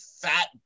fat